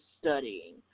studying